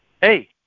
Hey